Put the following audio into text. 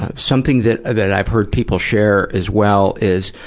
ah something that that i've heard people share as well is,